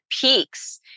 peaks